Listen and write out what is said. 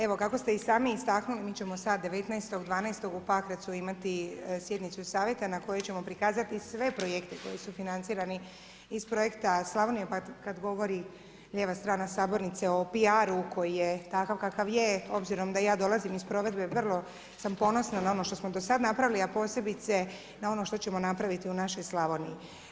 Evo, kako ste i sami istaknuli, mi ćemo sada 19.12. u Pakracu imati sjednicu i savjete na koje ćemo prikazati sve projekte koji su financirani iz Projekta Slavonija, kad govori lijeva strana sabornice o piaru koji je takav kakav je, obzirom da ja dolazim iz provedbe, vrlo sam ponosna na ono što smo do sada napravili, a posebice na ono što ćemo napraviti u našoj Slavoniji.